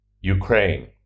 Ukraine